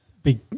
Big